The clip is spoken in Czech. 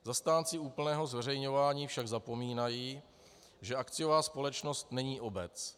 Zastánci úplného zveřejňování však zapomínají, že akciová společnost není obec.